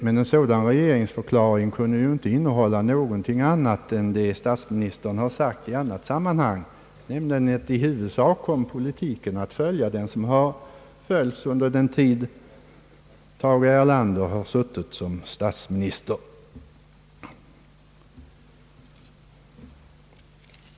Men en sådan regeringsförklaring kunde ju inte innehålla någonting annat än vad statsministern sagt i annat sammanhang, nämligen att i huvudsak kommer politiken att följa den väg som följts under Tage Erlanders tid som statsminister.